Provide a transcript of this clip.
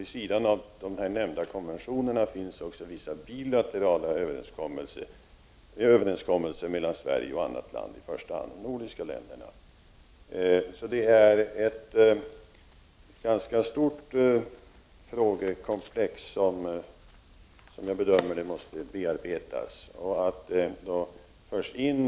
Vid sidan av de här nämnda konventionerna finns också vissa bilaterala överenskommelser mellan Sverige och annat land, i första hand de nordiska länderna. Det är ett ganska stort frågekomplex som måste bearbetas, som jag bedömer det.